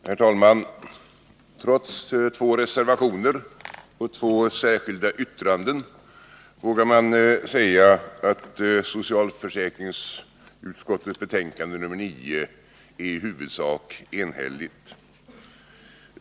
Herr talman! Trots att det föreligger två reservationer och två särskilda yttranden vågar man säga att socialförsäkringsutskottets betänkande nr 9 är i huvudsak enhälligt.